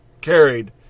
carried